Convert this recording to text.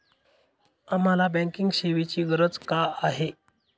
आम्हाला बँकिंग सेवेची गरज का आहे?